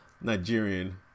Nigerian